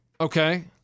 Okay